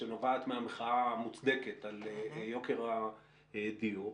שנובעת מהמחאה המוצדקת על יוקר הדיור,